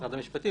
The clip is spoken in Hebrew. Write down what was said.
שירות המדינה,